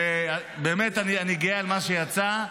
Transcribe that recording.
אני באמת גאה על מה שיצא,